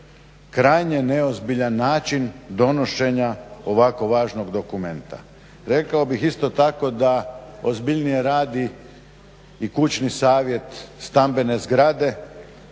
krajnje neozbiljan način donošenja ovako važnog dokumenta. Rekao bih isto tako da ozbiljnije radi i kućni savjet stambene zgrade